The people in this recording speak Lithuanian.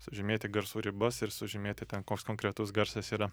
sužymėti garsų ribas ir sužymėti ten koks konkretus garsas yra